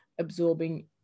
absorbing